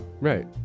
Right